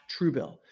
Truebill